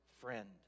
friend